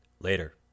Later